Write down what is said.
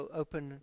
open